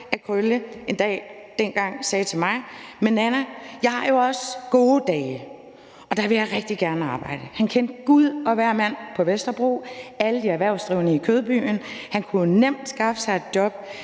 at Krølle en dag dengang sagde til mig: Men Nanna, jeg har jo også gode dage, og der vil jeg rigtig gerne arbejde. Han kendte gud og hvermand på Vesterbro og alle de erhvervsdrivende i Kødbyen. Han kunne nemt skaffe sig et job,